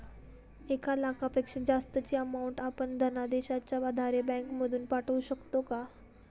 एक लाखापेक्षा जास्तची अमाउंट आपण धनादेशच्या आधारे बँक मधून पाठवू शकतो का?